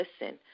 listen